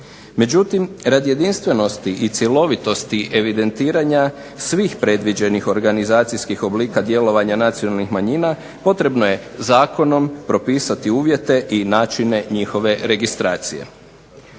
Međutim, radi jedinstvenosti i cjelovitosti evidentiranja svih predviđenih organizacijskih oblika djelovanja nacionalnih manjina potrebno je zakonom propisati uvjete i načine njihove registracije.